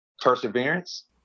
perseverance